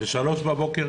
בשלוש בבוקר,